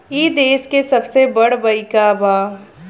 ई देस के सबसे बड़ बईक बा